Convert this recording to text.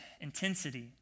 intensity